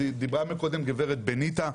דיברה פה גב' בניטה,